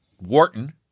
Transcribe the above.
Wharton